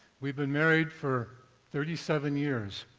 we've been married for thirty seven years.